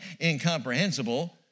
incomprehensible